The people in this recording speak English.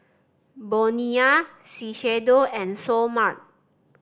Bonia Shiseido and Seoul Mart